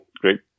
Great